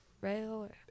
rail